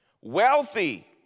wealthy